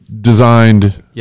designed